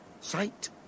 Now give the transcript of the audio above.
Sight